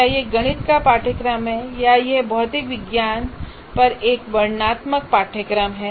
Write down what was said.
क्या यह गणित का पाठ्यक्रम है या यह भौतिक विज्ञान पर एक वर्णनात्मक पाठ्यक्रम है